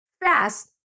fast